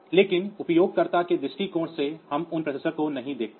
लेकिन उपयोगकर्ता के दृष्टिकोण से हम उन प्रोसेसर को नहीं देखते हैं